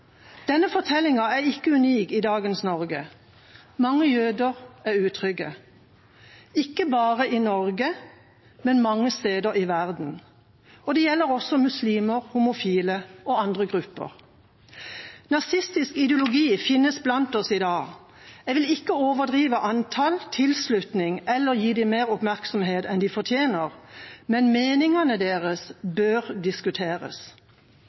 Denne fortellingen er ikke unik i dagens Norge. Mange jøder er utrygge, ikke bare i Norge, men mange steder i verden. Det gjelder også muslimer, homofile og andre grupper. Nazistisk ideologi finnes blant oss i dag. Jeg vil ikke overdrive antall, tilslutning eller gi dem mer oppmerksomhet enn de fortjener, men meningene deres bør diskuteres.